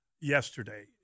yesterday